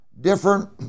different